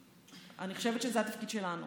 אני חושבת שזה התפקיד שלנו